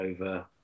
over